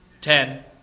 Ten